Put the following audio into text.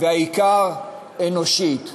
והעיקר, אנושית.